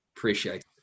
Appreciate